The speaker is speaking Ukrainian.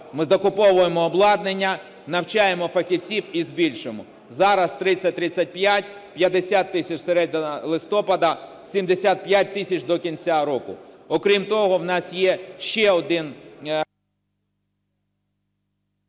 ми закуповуємо обладнання, навчаємо фахівців і збільшуємо. Зараз 30-35, 50 тисяч - середина листопада, 75 тисяч - до кінця року. Окрім того, у нас є ще один…